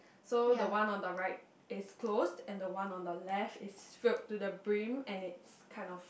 so the one on the right is closed and the one on the left is filled to the brim and it's kind of